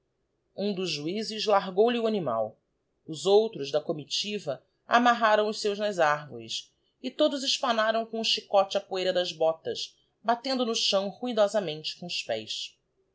um dos juizes largou lhe o animal os outros da comitiva amarraram os seus nas arvores e todos espanaram com o chicote a poeira das botas batendo no chão ruidosamente com os j'és